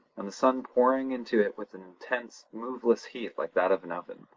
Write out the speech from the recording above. and the sun pouring into it with an intense, moveless heat like that of an oven.